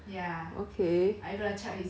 speaking of like idols right